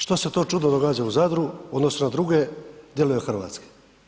Što se to čudno događa u Zadru u odnosu na druge dijelove Hrvatske?